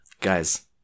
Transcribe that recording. guys